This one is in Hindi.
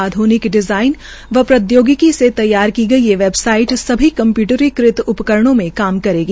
आध्निक डिजाइन व प्रौद्योगिकी से तैयार की गई ये वेबसाइट सभी कम्प्यूटरीकृत उपकरणों में काम करेगी